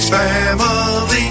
family